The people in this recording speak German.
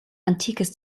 antikes